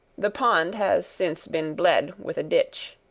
the pond has since been bled with a ditch.